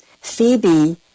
Phoebe